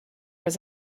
was